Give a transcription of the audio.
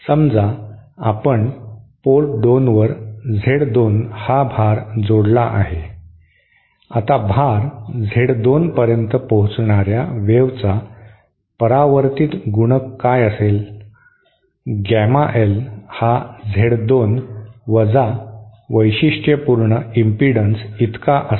समजा आपण पोर्ट 2 वर Z 2 हा भार जोडला आहे आता भार Z 2 पर्यंत पोहोचणाऱ्या वेव्हचा परावर्तीत गुणक काय असेल गॅमा एल हा Z 2 वजा वैशिष्ट्यपूर्ण इम्पिडन्स इतका असेल